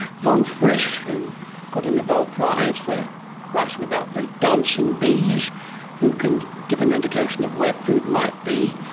von frisch, who got a nobel prize for writing about the dancing bees who can give an indication of where food might be.